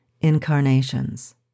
incarnations